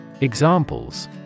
Examples